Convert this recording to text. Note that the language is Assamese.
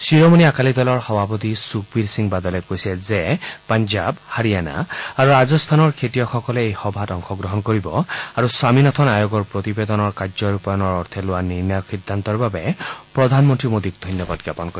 শিৰোমণি আকালি দলৰ সভাপতি সূখবীৰ সিং বাদলে কৈছে যে পঞ্জাৱ হাৰিয়ানা আৰু ৰাজস্থানৰ খেতিয়কসকলে এই সভাত অংশগ্ৰহণ কৰিব আৰু স্বামীনাথন আয়োগৰ প্ৰতিবেদনৰ কাৰ্যৰূপায়ণৰ অৰ্থে লোৱা নিৰ্ণায়ক সিদ্ধান্তৰ বাবে প্ৰধানমন্ত্ৰী মোডীক ধন্যবাদ জ্ঞাপন কৰিব